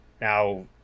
now